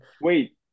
Wait